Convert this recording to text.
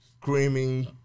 screaming